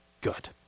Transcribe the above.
good